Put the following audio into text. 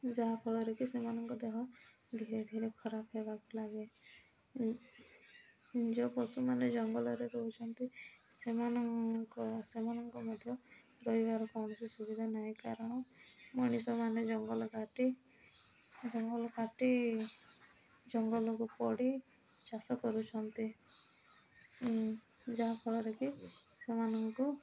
ଯାହାଫଳରେ କି ସେମାନଙ୍କ ଦେହ ଧୀରେ ଧୀରେ ଖରାପ ହେବାକୁ ଲାଗେ ଯେଉଁ ପଶୁ ମାନେ ଜଙ୍ଗଲରେ ରହୁଛନ୍ତି ସେମାନଙ୍କ ସେମାନଙ୍କ ମଧ୍ୟ ରହିବାର କୌଣସି ସୁବିଧା ନାହିଁ କାରଣ ମଣିଷ ମାନେ ଜଙ୍ଗଲ କାଟି ଜଙ୍ଗଲ କାଟି ଜଙ୍ଗଲକୁ ପୋଡ଼ି ଚାଷ କରୁଛନ୍ତି ଯାହାଫଳରେ କି ସେମାନଙ୍କୁ